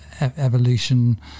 evolution